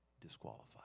disqualified